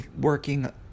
working